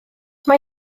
mae